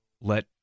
let